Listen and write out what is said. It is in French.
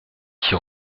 qui